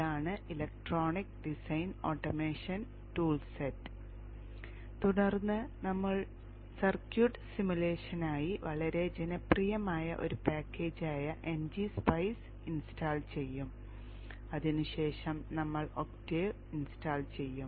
ഇതാണ് electronic design automation toolset തുടർന്ന് നമ്മൾ സർക്യൂട്ട് സിമുലേഷനായി വളരെ ജനപ്രിയമായ ഒരു പാക്കേജായ ngSpice ഇൻസ്റ്റാൾ ചെയ്യും അതിനുശേഷം നമ്മൾ ഒക്ടേവ് ഇൻസ്റ്റാൾ ചെയ്യാം